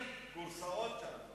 תאצ'ר.